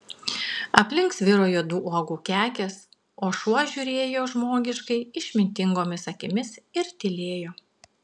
aplink sviro juodų uogų kekės o šuo žiūrėjo žmogiškai išmintingomis akimis ir tylėjo